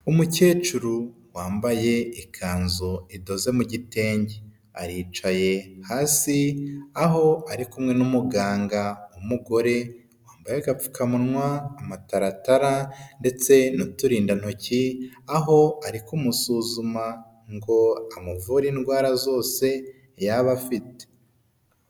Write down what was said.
Umukecuru wambaye ikanzu idoze mu gitenge aricaye hasi aho ari kumwe n'umuganga w'umugore wambaye agapfukamunwa, amataratara ndetse n'uturindantoki aho ari kumusuzuma ngo amuvure indwara zose yaba afite.